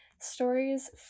stories